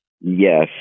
Yes